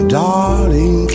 darling